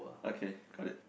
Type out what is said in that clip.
okay got it